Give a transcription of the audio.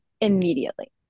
Immediately